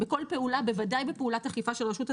בכל פעולה, בוודאי בפעולת אכיפה של רשות התחרות,